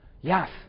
Yes